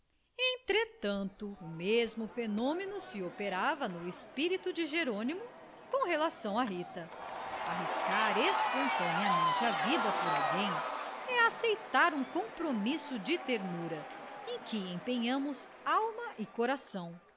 entretanto o mesmo fenômeno se operava no espírito de jerônimo com relação à rita arriscar espontaneamente a vida por alguém é aceitar um compromisso de ternura em que empenhamos alma e coração